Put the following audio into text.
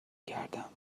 کردم